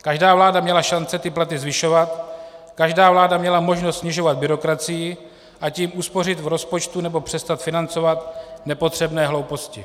Každá vláda měla šance ty platy zvyšovat, každá vláda měla možnost snižovat byrokracii, a tím uspořit v rozpočtu nebo přestat financovat nepotřebné hlouposti.